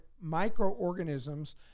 microorganisms